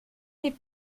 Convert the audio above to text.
fait